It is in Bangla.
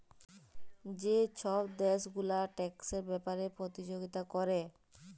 যে ছব দ্যাশ গুলা ট্যাক্সের ব্যাপারে পতিযগিতা ক্যরে